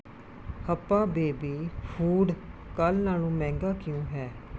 ਹੱਪਾ baby food ਕੱਲ੍ਹ ਨਾਲੋਂ ਮਹਿੰਗਾ ਕਿਉਂ ਹੈ